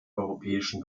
europäischen